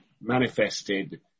manifested